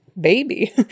baby